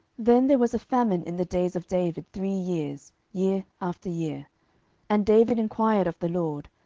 then there was a famine in the days of david three years, year after year and david enquired of the lord.